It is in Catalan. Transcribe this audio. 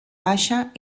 baixa